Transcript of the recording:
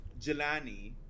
Jelani